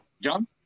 John